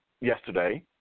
yesterday